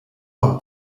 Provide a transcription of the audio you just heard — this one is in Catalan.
quan